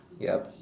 yup